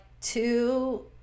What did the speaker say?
two